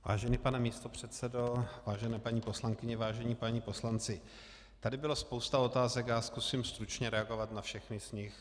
Vážený pane místopředsedo, vážené paní poslankyně, vážení páni poslanci, tady byla spousta otázek, já zkusím stručně reagovat na všechny z nich.